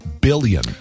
billion